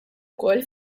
ukoll